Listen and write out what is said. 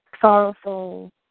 sorrowful